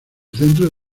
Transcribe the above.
centro